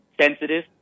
sensitive